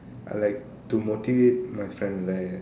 I like to motivate my friend right